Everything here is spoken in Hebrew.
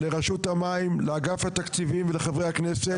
לרשות המים, לאגף התקציבים ולחברי הכנסת.